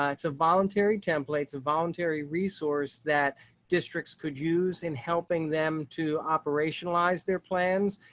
ah it's a voluntary templates voluntary resource that districts could use in helping them to operationalize their plans.